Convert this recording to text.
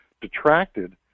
detracted